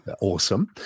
Awesome